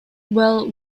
well